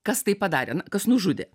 kas tai padarė na kas nužudė